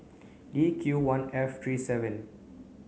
D Q one F three seven